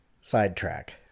Sidetrack